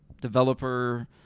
developer